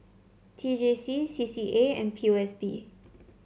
T J C C C A and P O S B